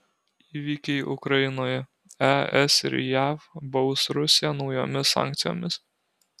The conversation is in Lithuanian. įvykiai ukrainoje es ir jav baus rusiją naujomis sankcijomis